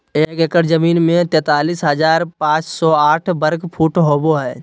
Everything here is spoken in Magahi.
एक एकड़ जमीन में तैंतालीस हजार पांच सौ साठ वर्ग फुट होबो हइ